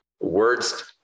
words